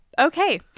Okay